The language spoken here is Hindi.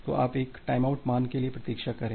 तो आप एक टाइमआउट मान के लिए प्रतीक्षा करें